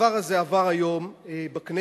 והדבר הזה עבר היום בכנסת.